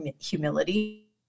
humility